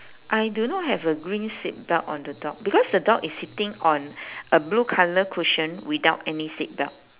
I do not have a green seat belt on the dog because the dog is sitting on a blue colour cushion without any seat belt